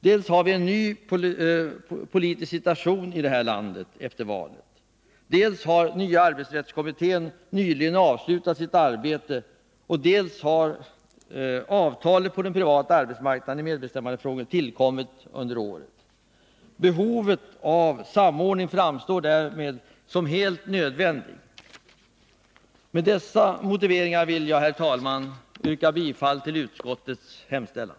Dels har vi en ny politisk situation i landet efter valet, dels har den nya arbetsrättskommittén nyligen avslutat sitt arbete, dels har avtalet om medbestämmandefrågor på den privata arbetsmarknaden tillkommit under året. Behovet av en samordning framstår därmed som helt nödvändigt att tillgodose. Med dessa motiveringar vill jag, herr talman, yrka bifall till utskottets hemställan.